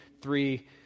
three